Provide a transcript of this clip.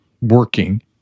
working